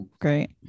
great